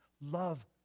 Love